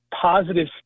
positive